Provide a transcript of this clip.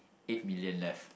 eight million left